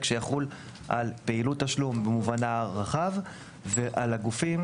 שיחול על פעילות תשלום במובן הרחב ועל הגופים